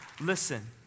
Listen